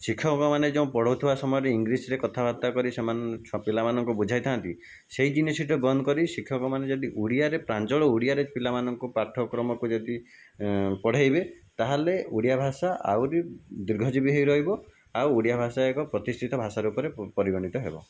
ଶିକ୍ଷକମାନେ ଯେଉଁ ପଢ଼ଉଥିବା ସମୟରେ ଇଂଲିଶରେ କଥାବାର୍ତ୍ତା କରି ସେମାନେ ପିଲାମାନଙ୍କୁ ବୁଝାଇଥାନ୍ତି ସେହି ଜିନିଷଟି ବନ୍ଦ କରି ଶିକ୍ଷକମାନେ ଯଦି ଓଡ଼ିଆରେ ପ୍ରାଞ୍ଜଳ ଓଡ଼ିଆରେ ପିଲାମାନଙ୍କୁ ପାଠକ୍ରମକୁ ଯଦି ଏଁ ପଢ଼ାଇବେ ତାହେଲେ ଓଡ଼ିଆଭାଷା ଆହୁରି ଦୀର୍ଘଜୀବୀ ହେଇ ରହିବ ଆଉ ଓଡ଼ିଆଭାଷା ଏକ ପ୍ରତିଷ୍ଠିତ ଭାଷା ରୂପରେ ପରିଗଣିତ ହେବ